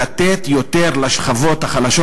לתת יותר לשכבות החלשות.